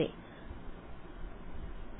അതെ ശരിയാണ്